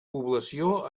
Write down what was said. població